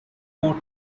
court